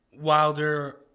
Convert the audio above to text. Wilder